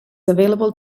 available